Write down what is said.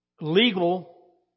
legal